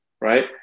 right